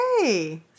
Hey